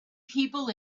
people